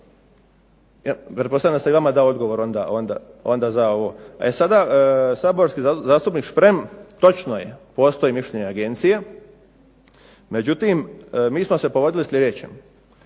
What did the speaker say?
da sam i vama dao odgovor onda za ovo. E sada saborski zastupnik Šprem, točno je, postoji mišljenje agencija, međutim mi smo se povodili sljedećem.